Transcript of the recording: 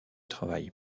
travail